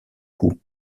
coup